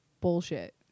bullshit